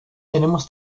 tenemos